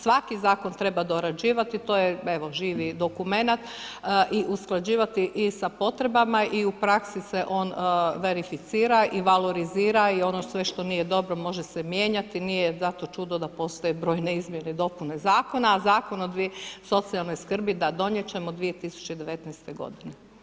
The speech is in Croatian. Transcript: Svaki zakon treba dorađivati, to je evo živi dokumenat i usklađivati i sa potrebama i u praksi se on verificira i valorizira i ono sve što nije dobro može se mijenjati nije zato čudo da postoje brojne izmijene i dopune zakona, a Zakon o socijalnoj skrbi da donijet ćemo 2019. godine.